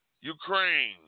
Ukraine